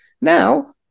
Now